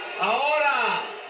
Ahora